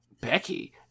Becky